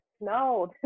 no